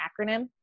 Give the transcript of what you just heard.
acronym